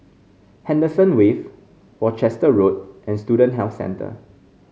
Henderson Wave Worcester Road and Student Health Centre